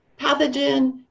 Pathogen